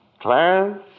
Clarence